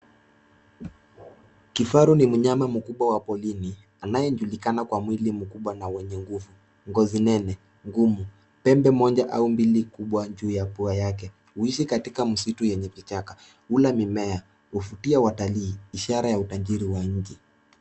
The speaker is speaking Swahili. Kifaru ni myama mkubwa wa porini anayejulikana kwa mwili mkubwa na wenye nguvu, ngozi nene ngumu, pembe moja au mbili kubwa juu ya pua yake. Huishi katika msitu wenye vichaka, hula mimea, huvutia watalii, ishara ya utajiri wa nje.